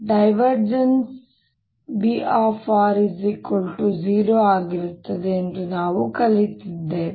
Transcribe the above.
B 0 ಆಗಿರುತ್ತದೆ ಎಂದು ನಾವು ಕಲಿತಿದ್ದೇವೆ